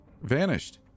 Vanished